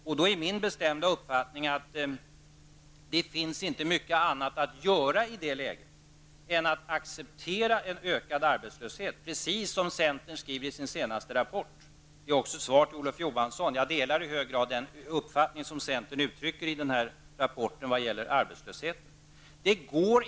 Det är min bestämda uppfattning att det i det läget inte finns mycket annat att göra än att acceptera en ökad arbetslöshet -- precis som centern skriver i sin senaste rapport. Det här skall ses som ett svar till Olof Johansson. Jag delar alltså i hög grad den uppfattning som centern ger uttryck för i den aktuella rapporten vad gäller arbetslösheten.